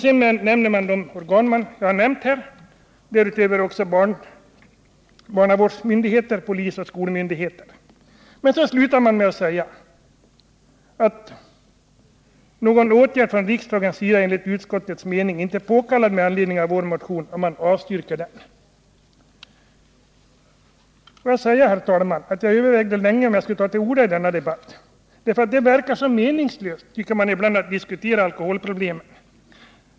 Sedan nämner man de organ jag har talat om här och dessutom barnavårdsmyndigheter, polisoch skolmyndigheter. Så slutar man med att säga att någon åtgärd från riksdagens sida enligt utskottets mening inte är påkallad med anledning av vår motion, och man avstyrker den. Herr talman! Jag övervägde länge om jag skulle ta till orda i denna debatt. Det verkar så meningslöst, tycker man ibland, att diskutera alkoholproblemen.